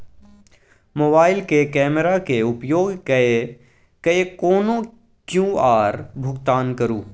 मोबाइलक कैमराक उपयोग कय कए कोनो क्यु.आर भुगतान करू